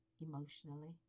emotionally